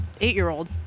eight-year-old